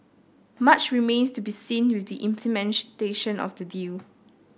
much remains to be seen with the implementation of the deal